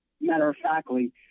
matter-of-factly